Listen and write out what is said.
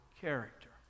character